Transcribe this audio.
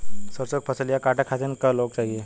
सरसो के फसलिया कांटे खातिन क लोग चाहिए?